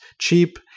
cheap